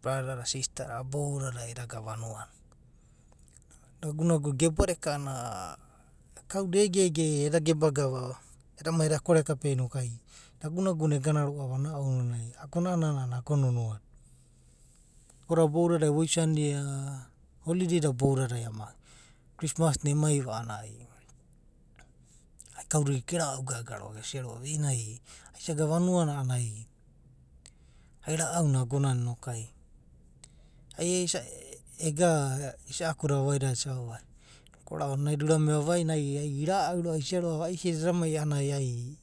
brother/sister bou dadai eda gana vanuana. Nagunaguda. geba da eka ananai, kau da ege ege eda geda gava ounanai eda kore kapea nagunaguna ega na roa’ua ounanai agona a’anana ago nonoa na. Agoda boudada voisanidia, holiday da bou dada christmas na emai roa’va anana kauda boudadai gerau gaga gesia roa’va ai isa gana uanua na a'ananai ai ra’au na ago nana ai isai ega isa’aku da vavai dada isa vavai da, ko ai naida urame ounanai ai isia roa’va ai vaisi da eda mai.